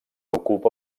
ocupa